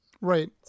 right